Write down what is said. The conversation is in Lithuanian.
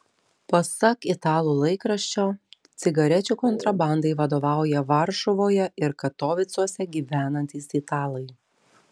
pasak italų laikraščio cigarečių kontrabandai vadovauja varšuvoje ir katovicuose gyvenantys italai